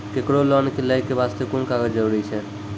केकरो लोन लै के बास्ते कुन कागज जरूरी छै?